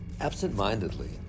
Absent-mindedly